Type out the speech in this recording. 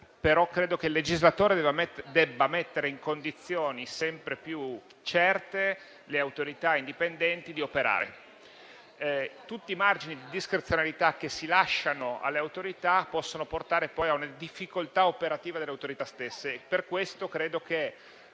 però credo che il legislatore debba mettere in condizioni sempre più certe le Autorità indipendenti di operare. Tutti i margini di discrezionalità che si lasciano alle Autorità possono portare a una difficoltà operativa delle Autorità stesse. Per questo credo che